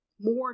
more